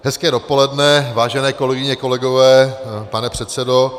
Hezké dopoledne, vážené kolegyně, kolegové, pane předsedo.